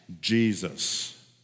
Jesus